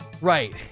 right